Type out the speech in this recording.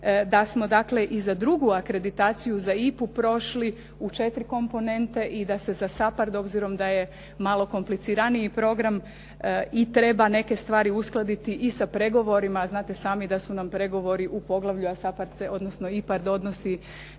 da smo dakle i za drugu akreditaciju za IPA-u prošli u 4 komponente i da se za SAPARD obzirom da je malo kompliciraniji program i treba neke stvari uskladiti i sa pregovorima. A znate sami da su nam pregovori u poglavlju, a SAPARD se odnosno IPARD odnosi